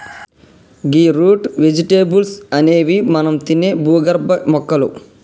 గీ root vegetables అనేవి మనం తినే భూగర్భ మొక్కలు